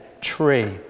tree